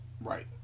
right